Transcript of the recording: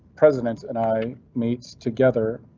president and i meet together